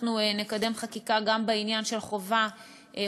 אנחנו נקדם חקיקה גם בעניין של חובת